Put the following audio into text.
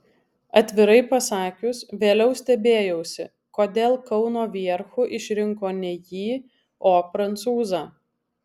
atvirai pasakius vėliau stebėjausi kodėl kauno vierchu išrinko ne jį o prancūzą